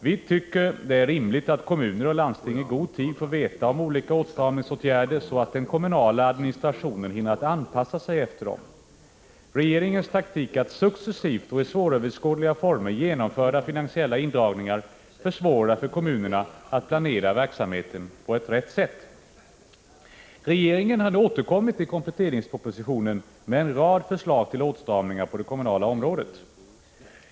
Vi tycker att det är rimligt att kommuner och landsting i god tid får reda på olika åtstramningsåtgärder, så att den kommunala administrationen hinner anpassa sig efter dem. Regeringens taktik att successivt och i svåröverskådliga former genomföra finansiella indragningar försvårar för kommunerna att planera verksamheten på ett riktigt sätt. Regeringen har nu återkommit till kompletteringspropositionen med en rad förslag till åtstramningar på det kommunala området.